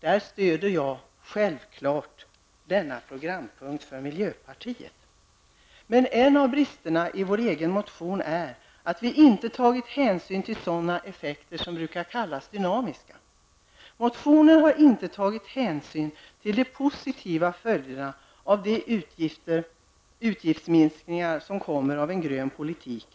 Där stöder jag självfallet denna programpunkt för miljöpartiets del. En av bristerna i fråga om vår egen motion är att vi inte har tagit hänsyn till sådana effekter som brukar kallas för dynamiska effekter. I motionen tas alltså inte hänsyn till de positiva följderna av de utgiftsminskningar som blir resultatet av en grön politik.